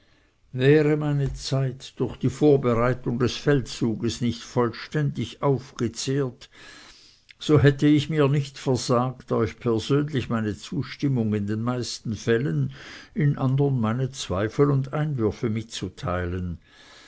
wäre meine zeit durch die vorbereitung des feldzuges nicht vollständig aufgezehrt so hätt ich mir nicht versagt euch persönlich meine zustimmung in den meisten fällen in andern meine zweifel und einwürfe mitzuteilen